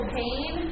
pain